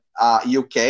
UK